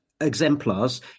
exemplars